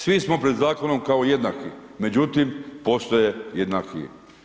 Svi smo pred zakonom kao jednaki međutim postoje jednakiji.